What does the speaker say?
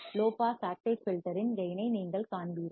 low pass active filter in gain ஐ நீங்கள் காண்பீர்கள்